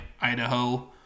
Idaho